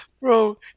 Bro